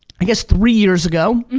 i guess three years ago,